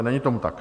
Není tomu tak.